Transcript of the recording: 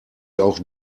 auch